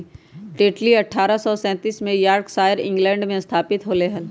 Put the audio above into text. Tetley अठ्ठारह सौ सैंतीस में यॉर्कशायर, इंग्लैंड में स्थापित होलय हल